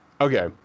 okay